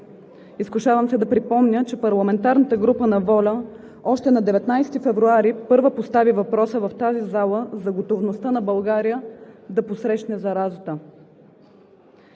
Изкушавам се да припомня, че парламентарната група на „ВОЛЯ – Българските Родолюбци“ още на 19 февруари първа постави въпроса в тази зала за готовността на България да посрещне заразата.